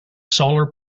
solar